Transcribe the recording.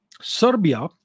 Serbia